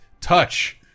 touch